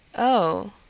oh,